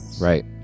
Right